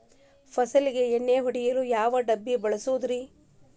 ಫಸಲಿಗೆ ಎಣ್ಣೆ ಹೊಡೆಯಲು ಯಾವ ಡಬ್ಬಿ ಬಳಸುವುದರಿ?